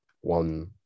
one